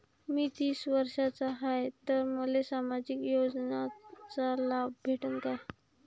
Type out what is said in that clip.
मी तीस वर्षाचा हाय तर मले सामाजिक योजनेचा लाभ भेटन का?